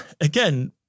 again